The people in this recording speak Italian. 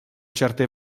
certe